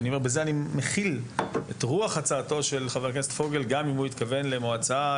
בזה אני מכיל את רוח הצעתו של חבר הכנסת פוגל גם אם הוא התכוון למועצה,